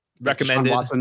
recommended